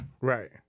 Right